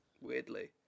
weirdly